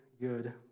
good